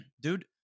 Dude